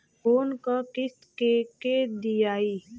Loan क किस्त के के दियाई?